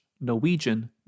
Norwegian